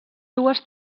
dues